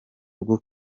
rwo